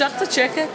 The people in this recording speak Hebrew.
אפשר קצת שקט?